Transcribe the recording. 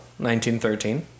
1913